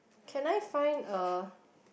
can I find a